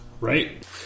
Right